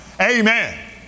Amen